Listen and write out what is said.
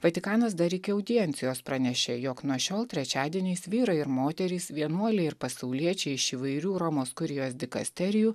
vatikanas dar iki audiencijos pranešė jog nuo šiol trečiadieniais vyrai ir moterys vienuoliai ir pasauliečiai iš įvairių romos kurijos dikasterijų